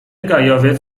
gajowiec